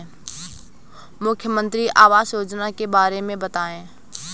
मुख्यमंत्री आवास योजना के बारे में बताए?